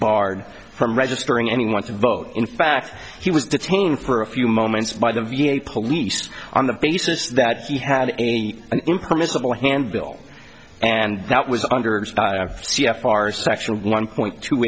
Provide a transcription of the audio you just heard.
barred from registering anyone to vote in fact he was detained for a few moments by the v a police on the basis that he had an impermissible handbill and that was under c f r section one point two